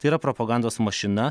tai yra propagandos mašina